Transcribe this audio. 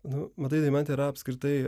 nu matai deimante yra apskritai